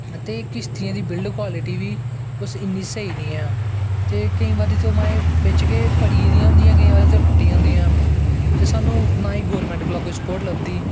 ते किश्तियें दी बिल्ड क्वालिटी बी कुछ इन्नी स्हेई निं ऐ ते केईं बारी ते ओह् माय बिच्च गै पड़ी गेदियां होंदियां केईं बारी ते टुट्टी जंदियां ते सानूं नां गै गौरमैंट कोला दा स्पोर्ट लभदी